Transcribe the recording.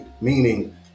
meaning